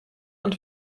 und